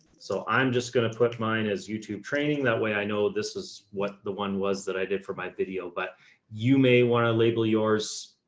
so i'm just going to put mine as youtube training. that way i know this was what the one was that i did for my video, but you may want to label yours,